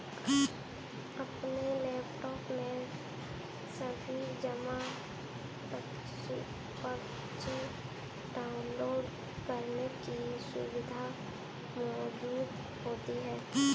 अपने लैपटाप में भी जमा पर्ची डाउनलोड करने की सुविधा मौजूद होती है